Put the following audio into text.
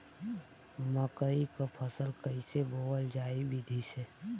मकई क फसल कईसे बोवल जाई विधि से?